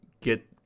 get –